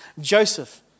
Joseph